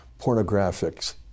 pornographics